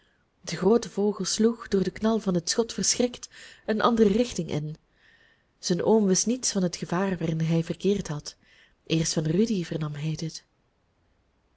de groote vogel sloeg door den knal van het schot verschrikt een andere richting in zijn oom wist niets van het gevaar waarin hij verkeerd had eerst van rudy vernam hij dit